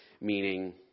Meaning